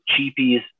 cheapies